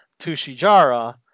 Tushijara